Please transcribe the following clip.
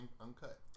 uncut